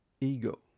ego